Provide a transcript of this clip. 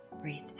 breathe